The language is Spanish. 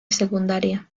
secundaria